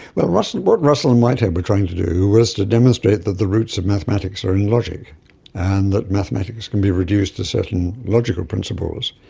but what russell and whitehead were trying to do was to demonstrate that the roots of mathematics are in logic and that mathematics can be reduced to certain logical principles,